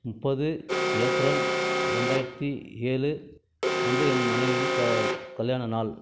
முப்பது ஏப்ரல் ரெண்டாயிரத்து ஏழு அன்று என் மனைவியின் கல்யாண நாள்